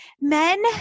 Men